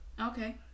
Okay